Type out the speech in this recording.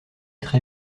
très